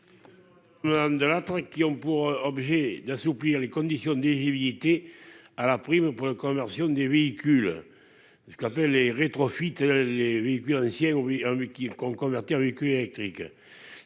qui ont pour objet d'assouplir les conditions d'éligibilité à la prime pour la conversion des véhicules. Ce qu'appelle les rétros fuite les véhicules anciens. Oui un mec qui con convertir véhicules électriques.